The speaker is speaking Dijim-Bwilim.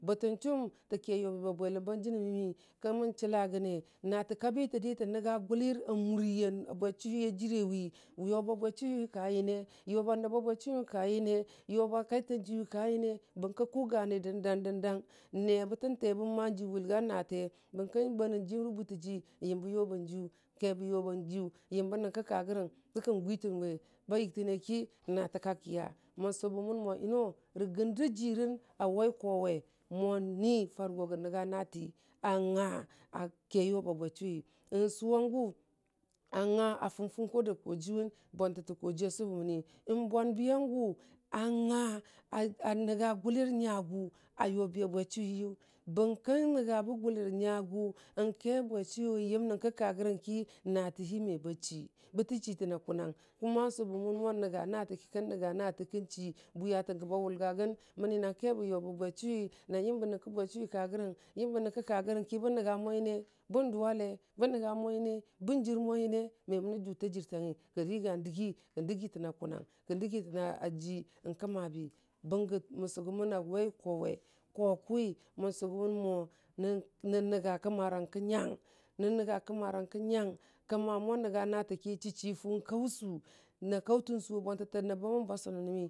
bʊtən chʊm tə kə yʊbita bwelən ba jənəmi kə mən chəla gəne natə kabi təditə nənya yʊlər a mʊri a bwechʊwi a jəre wi yʊba bechʊi hi ka nyənə yobə nəbba bwechʊwi həm ka nyəne yoba kai tang jiyu ka nyəne bənkə kʊ yani dəndang dəndang nebə tən tebə ma ji wʊlga nate bənkə banənjəm rə bʊtə ji, nyəmbə yʊba jiyʊ, kəbə yoba jiyʊ, nyəmbə nyənkə ka yərəng kə kən gwitənwe ba yəgtəne ki natə ka kəya, mən sʊbə mən mo yəno rə gənda jərən a wai kowe mo ni farə go gə nənga natii a nga a ke yʊba bechʊwiyʊ sʊwa gʊ a nga a fʊng fʊngʊrda jajiyʊng bwantətə injiyu a sʊbə məni, bwanbi a gʊ a nya "a" n nənga gʊlər nyagʊ ri yʊba bechʊwitʊyʊ bənkən nənga bə gʊlʊr nyngʊ ke bechʊwi nyəm nyənkə ka gərəng ki natə hi mə ba chii bətə chitənna kʊnang kuma sʊbəmən mo nənga natə ki kən nənga natə kajii bwiya te gəba wʊlyagən məni na kə bə yʊbi a bechʊwi ban yəmbə nyənkə bechʊwi ka gərəng nyənbə nakə gərəng bən nənya mo nyəne, bən dʊwale bən nənga mo nyəne bən jər mo nyəne me mənə jʊta jərtangyi kən riga dəgi kən dəgitən a kʊnang kən dəgitən a "a" ji kəmabi bəngə mən sʊgʊmən a wai kowe, ko kʊwi mən sʊgʊmən mo nən nənga kəmarang kə nyang, kəma mo nənga natə ki chichi fʊ kausu na kaʊtənsʊ a bwantəla nəm ba mʊm ba sʊnənni.